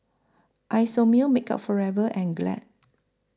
Isomil Makeup Forever and Glad